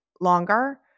longer